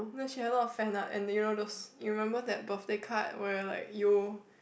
no she had a lot of fan ah and you know those you remember that birthday card we're like yo